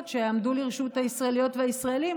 שיעמדו לרשות הישראליות והישראלים.